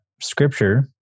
scripture